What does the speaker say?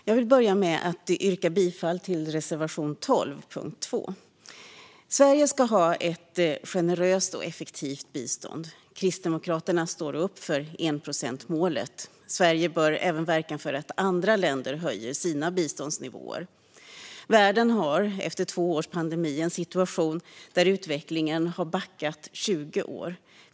Herr talman! Jag yrkar bifall till reservation 12 under punkt 2. Sverige ska ha ett generöst och effektivt bistånd. Kristdemokraterna står upp för enprocentsmålet. Sverige bör även verka för att andra länder höjer sina biståndsnivåer. Världen har efter två års pandemi en situation där utvecklingen backat 20 år.